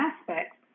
aspects